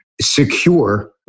secure